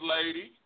Lady